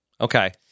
Okay